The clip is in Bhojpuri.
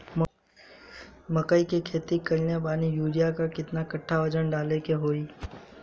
मकई के खेती कैले बनी यूरिया केतना कट्ठावजन डाले के होई?